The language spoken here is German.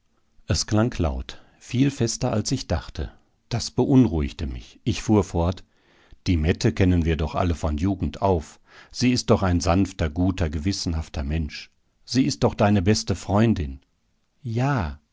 es klang laut viel fester als ich dachte das beunruhigte mich ich fuhr fort die mette kennen wir doch alle von jugend auf sie ist doch ein sanfter guter gewissenhafter mensch sie ist doch deine beste freundin ja